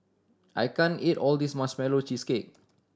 I can't eat all this Marshmallow Cheesecake